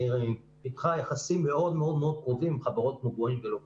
פיתחה יחסים מאוד-מאוד קרובים עם חברות כמו בואינג ולוקהיד-מרטין.